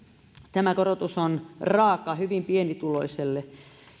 tämä korotus on raaka hyvin pienituloiselle